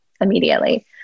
immediately